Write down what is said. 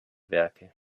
werke